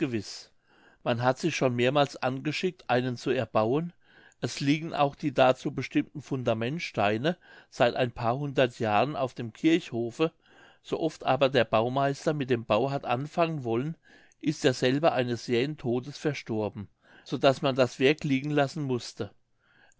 man hat sich schon mehrmals angeschickt einen zu erbauen es liegen auch die dazu bestimmten fundamentsteine seit ein paar hundert jahren auf dem kirchhofe so oft aber der baumeister mit dem bau hat anfangen wollen ist derselbe eines jählichen todes verstorben so daß man das werk liegen lassen mußte